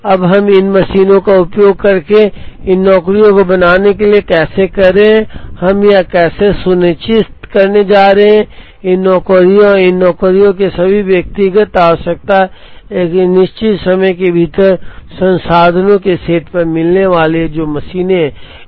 अब हम इन मशीनों का उपयोग इन नौकरियों को बनाने के लिए कैसे कर रहे हैं या हम यह कैसे सुनिश्चित करने जा रहे हैं इन नौकरियों और इन नौकरियों की सभी व्यक्तिगत आवश्यकता एक निश्चित समय के भीतर संसाधनों के सेट पर मिलने वाली है जो मशीनें हैं